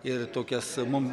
ir tokias mum